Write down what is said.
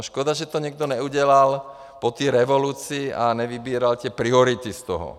Škoda, že to někdo neudělal po té revoluci a nevybíral ty priority z toho.